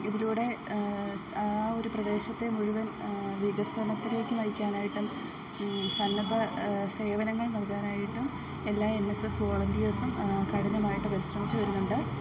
ഇതിലൂടെ ആ ഒരു പ്രദേശത്തെ മുഴുവൻ വികസനത്തിലേക്ക് നയിക്കാനായിട്ടും സന്നദ്ധ സേവനങ്ങൾ നൽകാനായിട്ടും എല്ലാ എൻ എസ് എസ് വോളണ്ടിയേഴ്സും കഠിനമായിട്ട് പരിശ്രമിച്ചു വരുന്നുണ്ട്